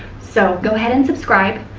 so, go ahead and subscribe,